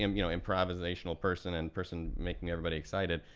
um you know improvisational person and person making everybody excited,